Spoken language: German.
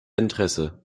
interesse